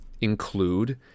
include